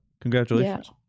Congratulations